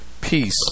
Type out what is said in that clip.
peace